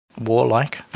warlike